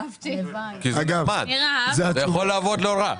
כי זה נחמד, זה יכול לעבוד לא רע.